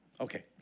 Okay